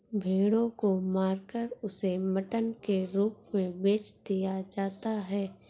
भेड़ों को मारकर उसे मटन के रूप में बेच दिया जाता है